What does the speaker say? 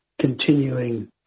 continuing